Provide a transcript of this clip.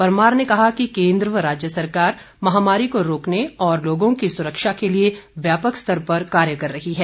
परमार ने कहा कि केन्द्र व राज्य सरकार महामारी को रोकने और लोगों की सुरक्षा के लिए व्यापक स्तर पर कार्य कर रही है